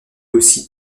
aussi